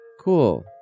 Cool